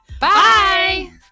Bye